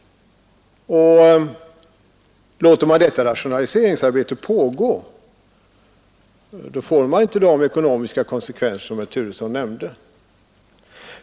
Låter man detta rationaliseringsarbete pågå får man inte de ekonomiska konsekvenser som herr Turesson nämnde.